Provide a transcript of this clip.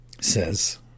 says